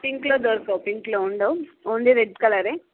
pink లో దొరకవు pink లో ఉండకవు ఓన్లీ రెడ్ కలర్ ఏ